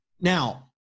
Now